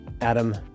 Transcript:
Adam